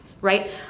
right